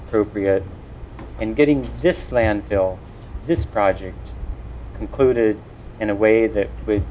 appropriate in getting this landfill this project concluded in a way that we